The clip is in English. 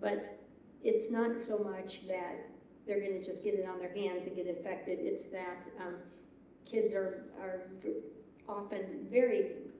but it's not so much that they're going to just get it on their hand to get infected it's that um kids are are often very